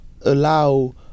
allow